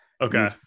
okay